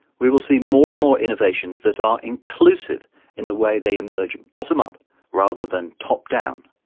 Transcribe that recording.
we will see more and more innovations that are inclusive in the way they emerge bottom up rather than top down,